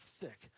thick